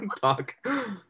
talk